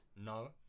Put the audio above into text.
no